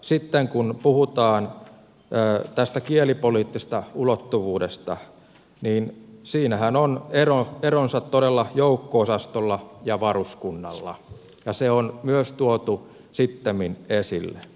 sitten kun puhutaan tästä kielipoliittisesta ulottuvuudesta niin siinähän on eronsa todella joukko osastolla ja varuskunnalla ja se on myös tuotu sittemmin esille